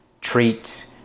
treat